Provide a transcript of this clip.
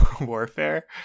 warfare